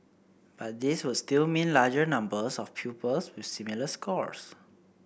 but these would still mean larger numbers of pupils with similar scores